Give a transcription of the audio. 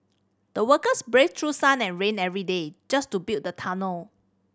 the workers braved through sun and rain every day just to build the tunnel